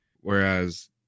Whereas